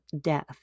death